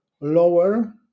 lower